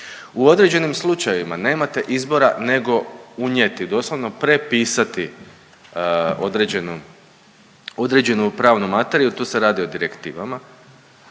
U određenim slučajevima nemate izbora nego unijeti doslovno prepisati određenu, određenu pravnu materiju, tu se radi o direktivama.